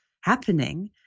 happening